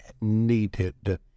needed